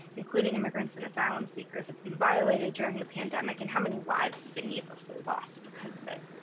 including immigrants and asylum seekers, have been violated during the pandemic and how many lives have been needlessly lost because of it.